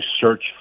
search